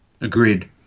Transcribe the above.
Agreed